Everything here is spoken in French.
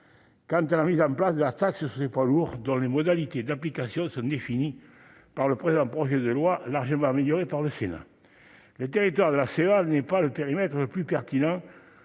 quant à la mise en place de la taxe poids lourds, dont les modalités d'application sont définies par le présent projet de loi, largement amélioré par le Sénat. Le territoire de la CEA n'est pas le périmètre le plus pertinent